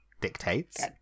dictates